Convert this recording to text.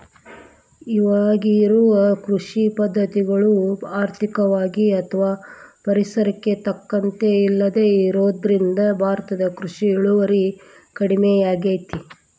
ಇವಾಗಿರೋ ಕೃಷಿ ಪದ್ಧತಿಗಳು ಆರ್ಥಿಕವಾಗಿ ಅಥವಾ ಪರಿಸರಕ್ಕೆ ತಕ್ಕಂತ ಇಲ್ಲದೆ ಇರೋದ್ರಿಂದ ಭಾರತದ ಕೃಷಿ ಇಳುವರಿ ಕಡಮಿಯಾಗೇತಿ